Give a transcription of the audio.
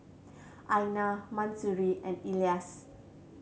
Aina Mahsuri and Elyas